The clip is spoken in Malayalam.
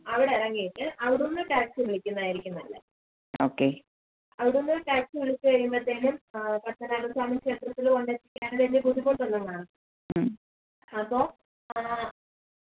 അതെ ഓക്കെ